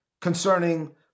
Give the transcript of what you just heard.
concerning